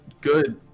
good